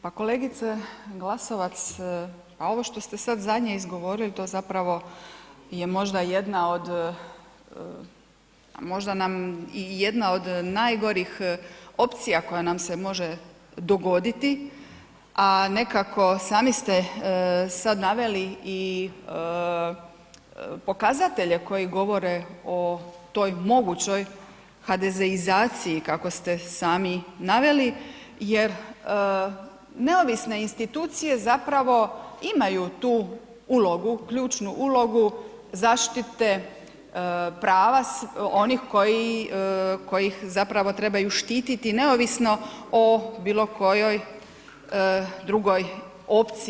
Pa kolegice Glasovac, pa ovo što ste zadnje izgovorili to zapravo je možda jedna od, a možda nam i jedna od najgorih opcija koja nam se može dogoditi a nekako sami ste sad naveli i pokazatelje koji govore o toj mogućoj HDZ-izaciji kako ste sami naveli jer neovisne institucije zapravo imaju tu ulogu, ključnu ulogu zaštite prava onih koji iz zapravo trebaju štiti neovisno o bilo kojoj drugoj opciji.